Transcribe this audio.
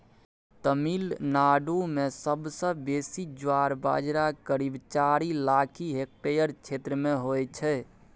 तमिलनाडु मे सबसँ बेसी ज्वार बजरा करीब चारि लाख हेक्टेयर क्षेत्र मे होइ छै